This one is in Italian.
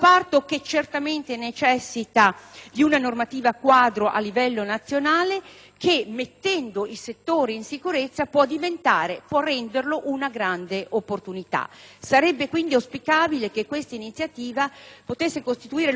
che, mettendo il settore in sicurezza, può renderlo una grande opportunità. Sarebbe quindi auspicabile che tale iniziativa potesse costituire l'occasione per omogeneizzare e armonizzare il prelievo tributario su tutte le forme di gioco,